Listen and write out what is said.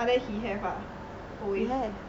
!huh! then he have ah always